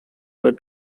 were